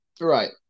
right